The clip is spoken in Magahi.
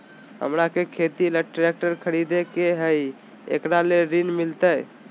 हमरा के खेती ला ट्रैक्टर खरीदे के हई, एकरा ला ऋण मिलतई?